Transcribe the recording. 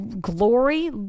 glory